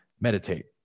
Meditate